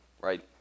right